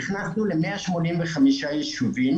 נכנסנו ל-185 ישובים